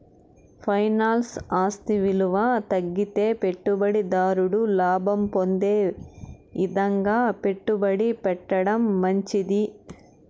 ఫైనాన్స్ల ఆస్తి ఇలువ తగ్గితే పెట్టుబడి దారుడు లాభం పొందే ఇదంగా పెట్టుబడి పెట్టడం మంచిది